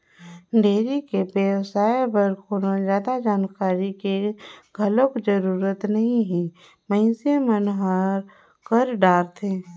dairy के बेवसाय बर कोनो जादा जानकारी के घलोक जरूरत नइ हे मइनसे मन ह कर डरथे